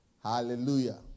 Hallelujah